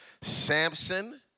Samson